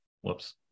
whoops